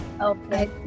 okay